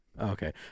Okay